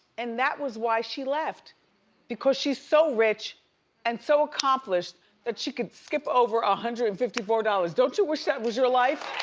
and that was why she left because she's so rich and so accomplished that she could skip over one ah hundred and fifty four dollars. don't you wish that was your life?